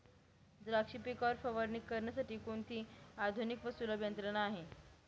द्राक्ष पिकावर फवारणी करण्यासाठी कोणती आधुनिक व सुलभ यंत्रणा आहे?